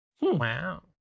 Wow